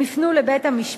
הם יפנו לבית-המשפט,